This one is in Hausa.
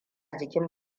jikin